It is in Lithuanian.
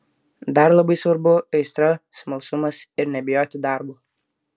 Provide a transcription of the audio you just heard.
dar labai svarbu aistra smalsumas ir nebijoti darbo